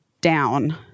down